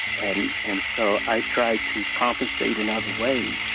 and and so i try to compensate in other ways